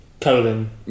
colon